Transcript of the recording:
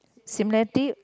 similarity